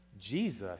Jesus